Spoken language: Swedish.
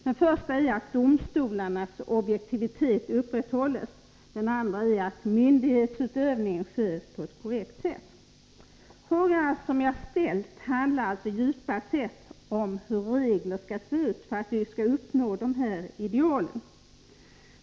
Den första är att domstolarnas objektivitet upprätthålls. Den andra är att myndighetsutövningen sker på ett korrekt sätt. Frågorna som jag ställt handlar djupast sett om hur reglerna skall se ut för att vi skall uppnå dessa två ideal.